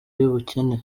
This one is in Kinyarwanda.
y’ubukene